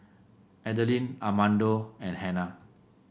Adeline Armando and Hannah